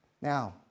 Now